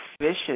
vicious